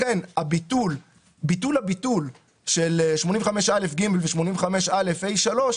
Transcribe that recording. לכן ביטול הביטול של 85א(ג) ו85(א)(ה)(3),